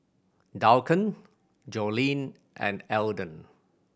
Duncan Jolene and Elden